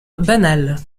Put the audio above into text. banale